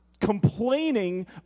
complaining